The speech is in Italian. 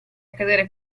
accadere